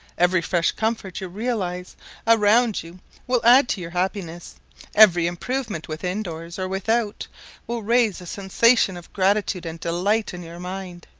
every fresh comfort you realize around you will add to your happiness every improvement within-doors or without will raise a sensation of gratitude and delight in your mind,